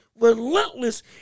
Relentless